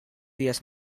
dies